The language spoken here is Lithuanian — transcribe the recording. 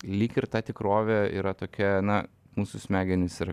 lyg ir ta tikrovė yra tokia na mūsų smegenys yra